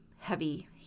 heavy